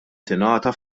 tingħata